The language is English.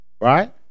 right